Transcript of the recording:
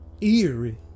Eerie